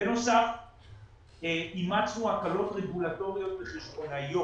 בנוסף אימצנו הקלות רגולטוריות וחשבונאיות